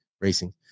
racing